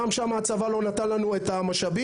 גם שם הצבא לא נתן לנו את המשאבים,